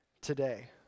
today